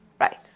Right